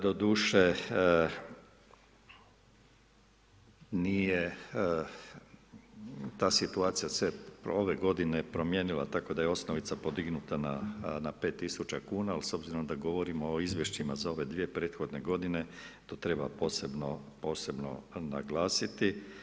Doduše nije ta situacija se ove godine promijenila tako je osnovica podignuta na 5000 kuna, ali s obzirom da govorimo o izvješćima za ove dvije prethodne godine, to treba posebno naglasiti.